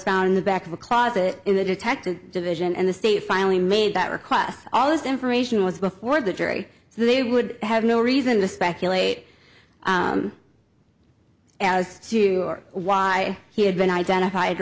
found in the back of a closet in the detective division and the state finally made that request all this information was before the jury so they would have no reason to speculate as to why he had been identified